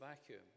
vacuum